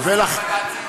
או, בד"צים?